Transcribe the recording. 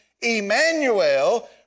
Emmanuel